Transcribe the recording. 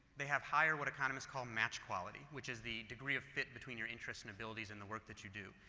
they have higher, what economists called, match quality which is the degree of fit between your interests and abilities in the work that you do.